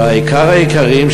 ועיקר העיקרים,